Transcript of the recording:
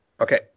Okay